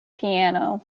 piano